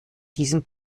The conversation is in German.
diesem